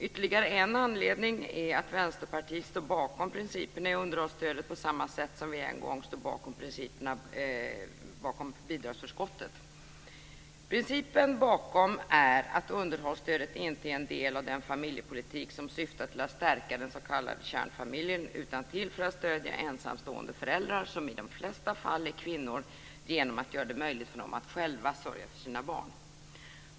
Ytterligare en anledning är att Vänsterpartiet står bakom principerna i underhållsstödet på samma sätt som vi en gång stod bakom principerna bakom bidragsförskottet. Principen bakom är att underhållsstödet inte är en del av den familjepolitik som syftar till att stärka den s.k. kärnfamiljen utan till för att stödja ensamstående föräldrar, som i de allra flesta fall är kvinnor, genom att göra det möjligt för dem att själva sörja för sina barn.